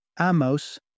Amos